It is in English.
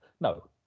no